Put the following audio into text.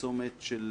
הצומת של